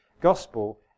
gospel